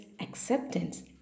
acceptance